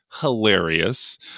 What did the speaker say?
hilarious